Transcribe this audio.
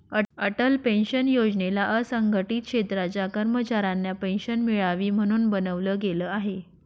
Atal pension योजनेला असंघटित क्षेत्राच्या कर्मचाऱ्यांना पेन्शन मिळावी, म्हणून बनवलं गेलं आहे